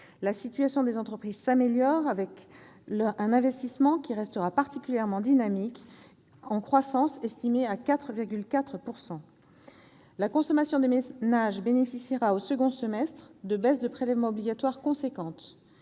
La situation des entreprises s'améliore, et leur investissement restera particulièrement dynamique, avec une croissance estimée à 4,4 %. La consommation des ménages bénéficiera au second semestre de baisses de prélèvements obligatoires importantes,